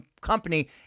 company